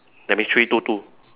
that means three two two